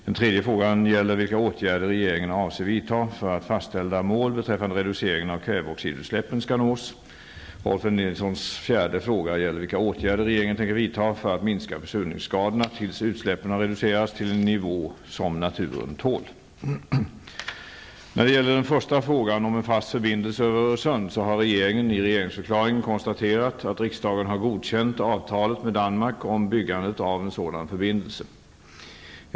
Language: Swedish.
Den tredje frågan gäller vilka åtgärder regeringen avser vidta för att fastställda mål beträffande reduceringen av kväveoxidutsläppen skall nås. Rolf L Nilsons fjärde fråga gäller vilka åtgärder regeringen tänker vidta för att minska försurningsskadorna tills utsläppen har reducerats till en nivå som naturen tål. När det gäller den första frågan om en fast förbindelse över Öresund har regeringen i regeringsförklaringen konstaterat att riksdagen har godkänt avtalet med Danmark om byggandet av en sådan förbindelse.